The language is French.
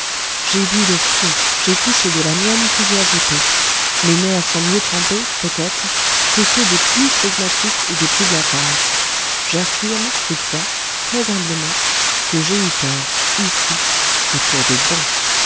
j'ai vu le feu j'ai touché de la mienne plusieurs épées mes nerfs sont mieux trempés peut-être que ceux des plus flegmatiques et des plus blafards j'affirme toutefois très humblement que j'ai eu peur ici et pour de bon